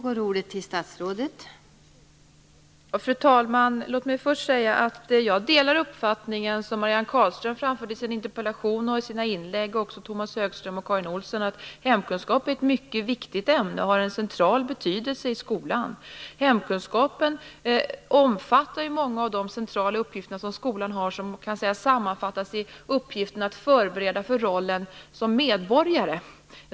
Fru talman! Låt mig först säga att jag delar den uppfattning som Marianne Carlström, Tomas Högström och Karin Olsson framförde om att hemkunskap är ett mycket viktigt ämne och har en central betydelse i skolan. Hemkunskapen omfattar ju många av de centrala uppgifter som skolan har som man kan säga sammanfattas i uppgiften att förbereda för rollen som medborgare.